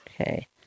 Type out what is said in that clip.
Okay